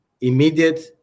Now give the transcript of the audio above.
immediate